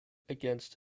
against